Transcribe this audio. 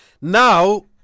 Now